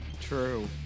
True